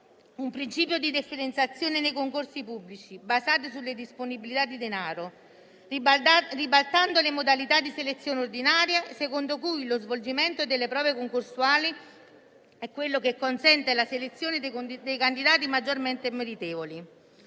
un principio di differenziazione nei concorsi pubblici basato sulle disponibilità di denaro, ribaltando le modalità di selezione ordinaria secondo cui lo svolgimento delle prove concorsuali è quello che consente la selezione dei candidati maggiormente meritevoli.